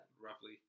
Roughly